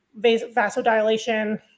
vasodilation